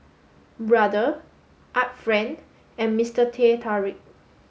Brother Art Friend and Mister Teh Tarik